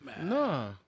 No